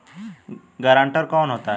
Guarantor कौन होता है?